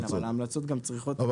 כן אבל גם ההמלצות גם צריכות --- אבל